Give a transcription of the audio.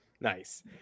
nice